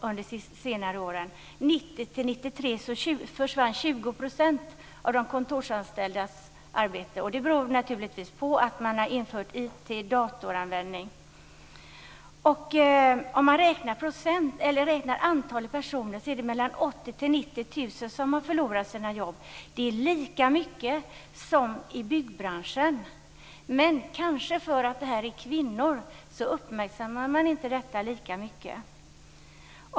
Under åren 1990-1993 försvann 20 % av de kontorsanställdas arbeten, och det beror naturligtvis på införandet av Detta betyder att mellan 80 000 och 90 000 personer har förlorat sina jobb. Det är lika många som de som mist sina arbeten i byggbranschen, men kanske därför att det gäller kvinnor uppmärksammas det inte lika mycket.